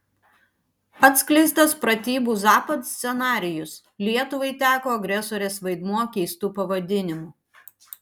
atskleistas pratybų zapad scenarijus lietuvai teko agresorės vaidmuo keistu pavadinimu